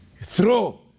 Throw